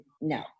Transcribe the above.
no